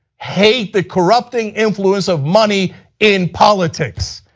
hate the corrupting influence of money in politics.